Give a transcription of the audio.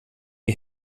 que